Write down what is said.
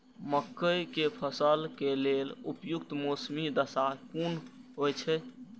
मके के फसल के लेल उपयुक्त मौसमी दशा कुन होए छै?